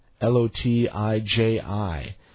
L-O-T-I-J-I